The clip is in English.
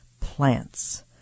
plants